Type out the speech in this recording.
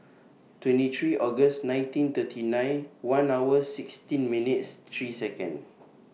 twenty three August nineteen thirty nine one hours sixteen minutes three Seconds